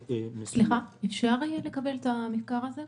אפשר לקבל את המזכר הזה?